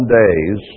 days